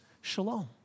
shalom